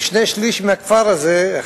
ושני-שלישים מהכפר הזה,